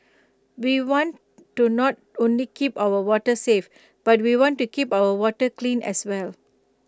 we want to not only keep our waters safe but we want to keep our water clean as well